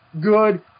good